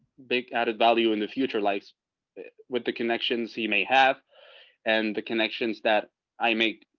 big added value in the future lives with the connections you may have and the connections that i make.